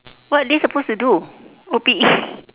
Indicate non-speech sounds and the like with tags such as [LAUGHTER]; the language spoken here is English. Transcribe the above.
what are they supposed to do O P_E [LAUGHS]